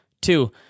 Two